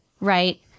right